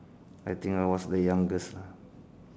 I think I was the youngest lah